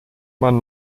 man